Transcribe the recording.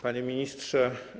Panie Ministrze!